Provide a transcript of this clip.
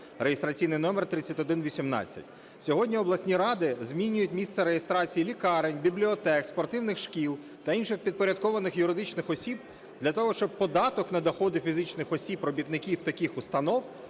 (реєстраційний номер 3118). Сьогодні обласні ради змінюють місце реєстрації лікарень, бібліотек, спортивних шкіл та інших підпорядкованих юридичних осіб для того, щоб податок на доходи фізичних осіб робітників таких установ